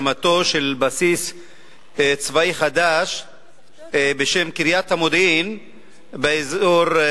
הקמתו של בסיס צבאי חדש בשם קריית המודיעין ליקית,